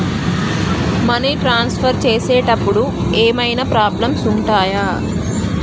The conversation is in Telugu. మనీ ట్రాన్స్ఫర్ చేసేటప్పుడు ఏమైనా ప్రాబ్లమ్స్ ఉంటయా?